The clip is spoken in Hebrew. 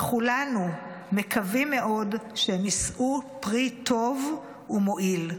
וכולנו מקווים מאוד שהם יישאו פרי טוב ומועיל.